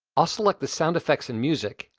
i'll select the sound effects and music,